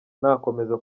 nakomeza